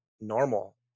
normal